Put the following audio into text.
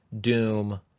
Doom